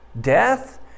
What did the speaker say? death